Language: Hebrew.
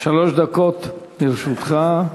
שלוש דקות לרשותך.